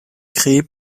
créés